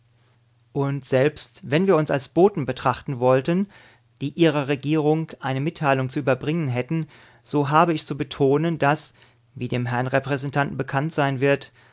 und selbst wenn wir uns als boten betrachten wollten die ihrer regierung eine mitteilung zu überbringen hätten so habe ich zu betonen daß wie dem herrn repräsentanten bekannt sein wird